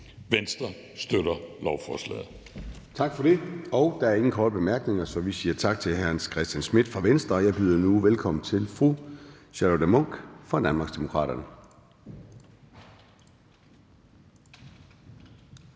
Formanden (Søren Gade): Tak for det. Der er ingen korte bemærkninger, så vi siger tak til hr. Hans Christian Schmidt fra Venstre. Jeg byder nu velkommen til fru Charlotte Munch fra Danmarksdemokraterne.